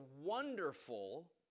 wonderful